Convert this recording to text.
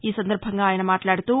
ఈ సందర్బంగా ఆయన మాట్లాడుతూ